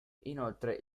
inoltre